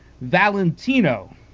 Valentino